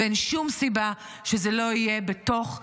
ואין שום סיבה שזה לא יהיה בתוך הקהילה.